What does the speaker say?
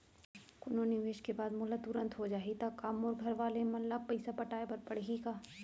कोनो निवेश के बाद मोला तुरंत हो जाही ता का मोर घरवाले मन ला पइसा पटाय पड़ही का?